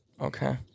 Okay